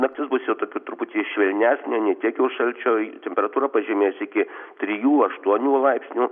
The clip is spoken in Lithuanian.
naktis bus jau tokia truputį švelnesnė ne tiek jau šalčio temperatūra pažemės iki trijų aštuonių laipsnių